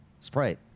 Sprite